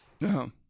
No